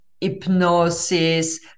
hypnosis